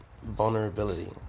vulnerability